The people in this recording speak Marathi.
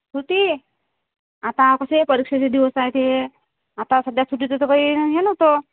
सुटी आता कसे परीक्षेचे दिवस आहेत हे आता सध्या सुटीचं तर काही हे नव्हतं